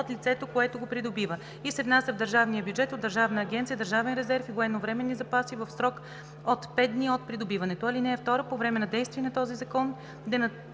от лицето, което го придобива и се внася в държавния бюджет от Държавна агенция „Държавен резерв и военновременни запаси“ в срок от 5 дни от придобиването. (2) По време на действие на този закон